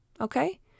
okay